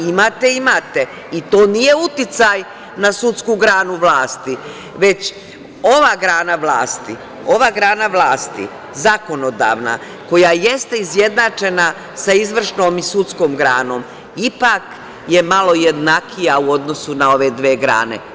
Imate i to nije uticaj na sudsku granu vlasti, već ova grana vlasti, zakonodavna, koja jeste izjednačena sa izvršnom i sudskom granom, ipak je malo jednakija u odnosu na ove dve grane.